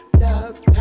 Love